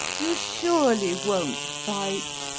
you surely won't fight?